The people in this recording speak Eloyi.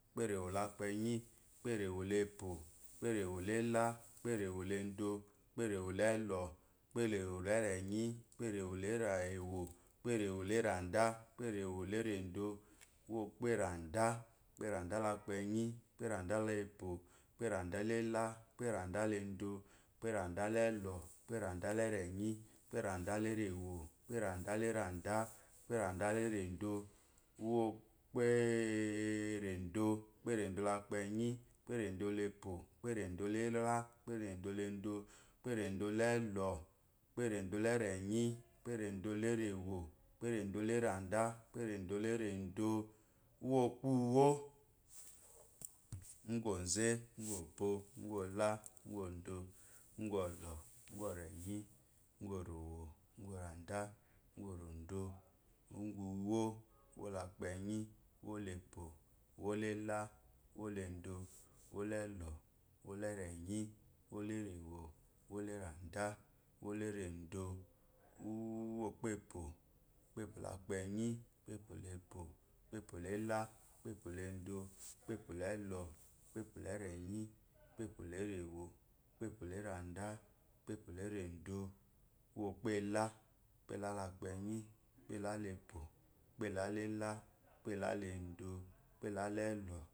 Úwo epero la penyi uwo epere la epo uweperero lé eha uweperewo la edo uwepere role elo uwo rerewo la eranda uwe perewo erede uwuperrandan uweparendan la eze uwepérandan laupo. uwepenranda la eha uwepreba la edo uwepawanda he elo la edo uwepewenda ha elo uweperandan haerani uwepe rade he erewo úueparand ha eranda uwueperedo uwepereda ha ezeuwepereden la e pe uheperedo la ela uweperedo la edo uweperoda la elo uwe peredo ereni uweperdo ha erenwo uwepere do la erandan uweperendo la erodó uwyó epuuwyo uqueze uquopo uquola ugurdo uguolo uguremi ugu orrwo ugu orada ugu ordo ugu uwo uwola la eha uwola edo uwo la eho uwo há aranda uwoha erodo uwo epepo ewopepe la ede uwoepo ha epo uwepepo la ela whepepola edo umopepa elo erewo uherepola eranda enepepoeredo uwepela uwepelala eze unepelála epo uwepela la ela umpela la edo uwepelala elo.